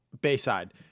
Bayside